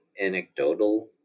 anecdotal